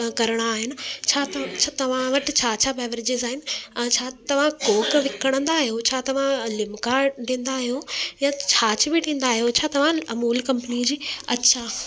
करिणा आहिनि छा त छा तव्हां वटि छा छा बेवरेजेस आहिनि छा तव्हां कोक विकिणंदा आहियूं छा लिम्का ॾींदा आहियो या छाछ बि ॾींदा आहियो छा तव्हां अमूल कंपनी जी अच्छा